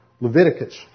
Leviticus